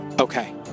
Okay